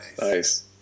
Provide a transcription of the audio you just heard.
Nice